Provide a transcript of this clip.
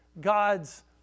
God's